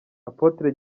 apotre